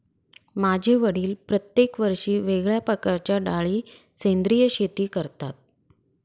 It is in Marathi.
माझे वडील प्रत्येक वर्षी वेगळ्या प्रकारच्या डाळी सेंद्रिय शेती करतात